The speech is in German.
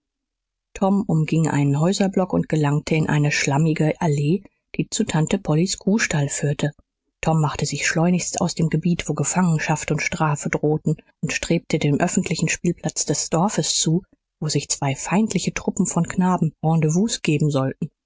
tom umging einen häuserblock und gelangte in eine schlammige allee die zu tante pollys kuhstall führte tom machte sich schleunigst aus dem gebiet wo gefangenschaft und strafe drohten und strebte dem öffentlichen spielplatz des dorfes zu wo sich zwei feindliche truppen von knaben rendezvous geben sollten